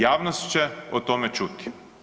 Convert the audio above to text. Javnost će o tome čuti.